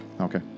Okay